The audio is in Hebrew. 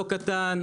לא קטן,